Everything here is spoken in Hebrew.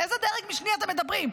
על איזה דרג משני אתם מדברים?